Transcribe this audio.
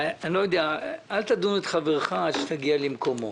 "אל תדון את חברך עד שתגיע למקומו".